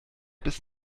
bis